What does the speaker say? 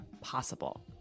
possible